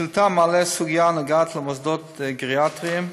השאילתה מעלה סוגיה הנוגעת למוסדות גריאטריים,